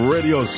Radio